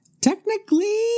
Technically